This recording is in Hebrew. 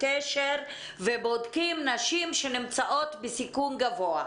קשר ובודקים נשים שנמצאות בסיכון גבוה.